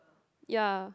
ya